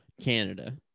Canada